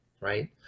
right